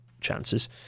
chances